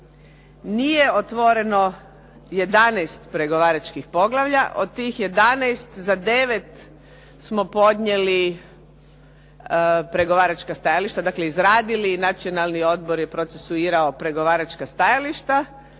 Nije otvoreno 11 pregovaračkih poglavlja. Od tih 11 za 9 smo podnijeli pregovaračka stajališta, dakle izradili. Nacionalni je odbor je procesuirao pregovaračka stajališta.